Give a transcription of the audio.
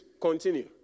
continue